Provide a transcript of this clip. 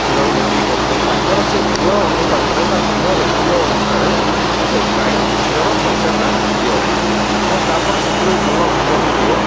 କ୍ଷୀରବି ବିକ୍ରି କରୁଛନ୍ତି ତାଙ୍କର ସେ ଘିଅ ଅନୁପାତରେ ବା ଘିଅ ରେସିଓ ଅନୁସାରେ ସେ ଗାଈ କ୍ଷୀରର ପଇସାଟା ଦିଅନ୍ତି ତେଣୁ ତା'ପରେ ସେଥିରୁ ବି ଭଲ କ୍ଷୀରବି ଦିଏ